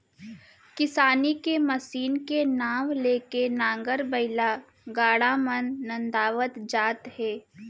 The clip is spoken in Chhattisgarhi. किसानी के मसीन के नांव ले के नांगर, बइला, गाड़ा मन नंदावत जात हे